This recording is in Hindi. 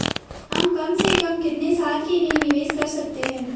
हम कम से कम कितने साल के लिए निवेश कर सकते हैं?